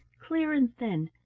clear and thin,